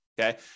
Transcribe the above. okay